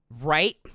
Right